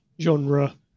genre